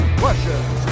questions